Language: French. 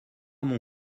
mon